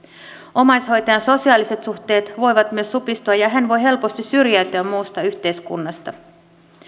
omaishoitajan sosiaaliset suhteet voivat myös supistua ja hän voi helposti syrjäytyä muusta yhteiskunnasta